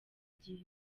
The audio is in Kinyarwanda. igihe